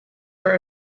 for